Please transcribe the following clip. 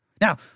Now